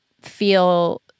feel